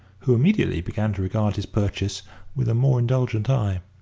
who immediately began to regard his purchase with a more indulgent eye.